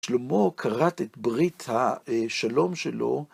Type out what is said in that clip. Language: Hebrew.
שלמה כרת את בריתה, השלום שלו.